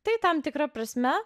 tai tam tikra prasme